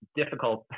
difficult